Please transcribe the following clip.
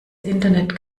internet